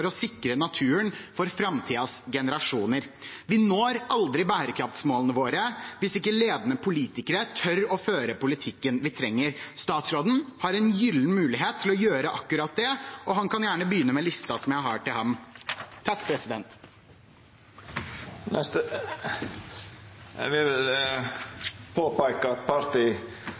sikre naturen for framtidens generasjoner. Vi når aldri bærekraftsmålene våre hvis ikke ledende politikere tør å føre politikken vi trenger. Statsråden har en gyllen mulighet til å gjøre akkurat det, og han kan gjerne begynne med listen jeg har til ham.